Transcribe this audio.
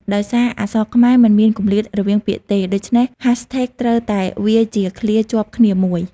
ដោយសារអក្សរខ្មែរមិនមានគម្លាតរវាងពាក្យទេ ដូច្នេះ ហាស់ថេកត្រូវតែវាយជាឃ្លាជាប់គ្នាមួយ។